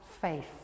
faith